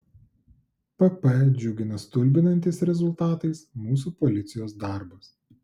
pp džiugina stulbinantis rezultatais mūsų policijos darbas